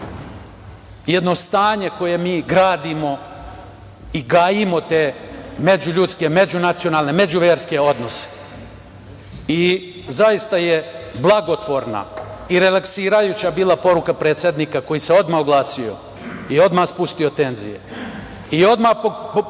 jedno stanje koje mi gradimo i gajimo te međuljudske, međunacionalne, međuverske odnose. Zaista je blagotvorna i relaksirajuća bila poruka predsednika koj se odmah oglasio i odmah spustio tenziju i odmah poslao